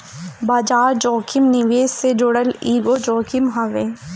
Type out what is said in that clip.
बाजार जोखिम निवेश से जुड़ल एगो जोखिम हवे